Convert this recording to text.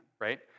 right